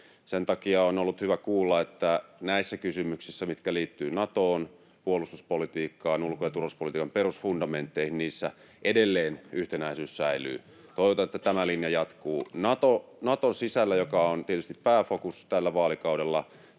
Sen takia on ollut hyvä kuulla, että näissä kysymyksissä, mitkä liittyvät Natoon, puolustuspolitiikkaan, ulko- ja turvallisuuspolitiikan perusfundamentteihin, edelleen yhtenäisyys säilyy. Toivotaan, että tämä linja jatkuu. Naton sisällä, joka on tietysti pääfokus tällä vaalikaudella,